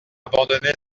abandonner